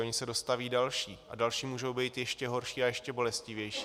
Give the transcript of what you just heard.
Ony se dostaví další a další můžou být ještě horší a ještě bolestivější.